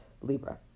Libra